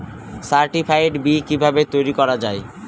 Certified বি কিভাবে তৈরি করা যায়?